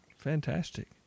Fantastic